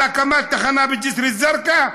על הקמת תחנה בג'יסר א-זרקא?